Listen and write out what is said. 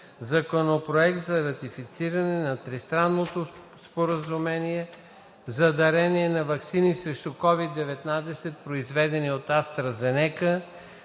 Законопроект за ратифициране на Тристранно споразумение за дарение на ваксини срещу COVID-19, произведени от АстраЗенека,